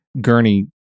gurney